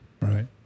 Right